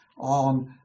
on